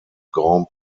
grand